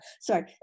Sorry